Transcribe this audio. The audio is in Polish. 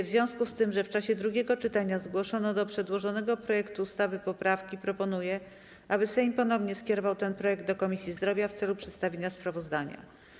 W związku z tym, że w czasie drugiego czytania zgłoszono do przedłożonego projektu ustawy poprawki, proponuję, aby Sejm ponownie skierował ten projekt do Komisji Zdrowia w celu przedstawienia sprawozdania.